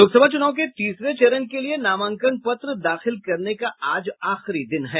लोकसभा चुनाव के तीसरे चरण के लिए नामांकन पत्र दाखिल करने का आज आखिरी दिन है